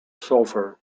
sulphur